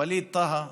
ווליד טאהא חברי,